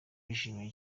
bishimiye